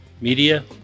media